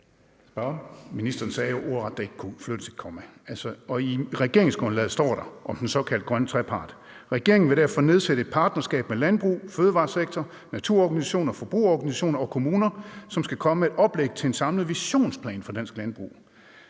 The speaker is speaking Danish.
Ministeren sagde ordret, at der ikke kunne flyttes et komma. Og i regeringsgrundlaget står der om den såkaldte grønne trepart: »Regeringen vil derfor nedsætte et partnerskab med landbrug, fødevaresektor, naturorganisationer, forbrugerorganisationer og kommuner, som skal komme med oplæg til en samlet visionsplan for dansk landbrug.«